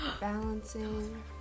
balancing